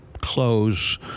close